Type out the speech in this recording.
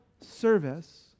service